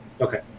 Okay